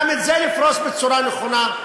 גם את זה לפרוס בצורה נכונה,